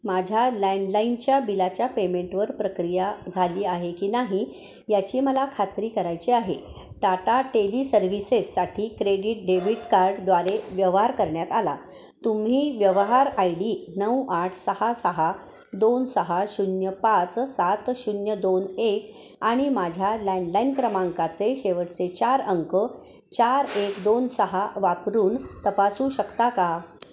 माझ्या लँडलाईनच्या बिलाच्या पेमेंटवर प्रक्रिया झाली आहे की नाही याची मला खात्री करायची आहे टाटा टेली सर्व्हिसेससाठी क्रेडिट डेबिट कार्डद्वारे व्यवहार करण्यात आला तुम्ही व्यवहार आय डी नऊ आठ सहा सहा दोन सहा शून्य पाच सात शून्य दोन एक आणि माझ्या लँडलाईन क्रमांकाचे शेवटचे चार अंक चार एक दोन सहा वापरून तपासू शकता का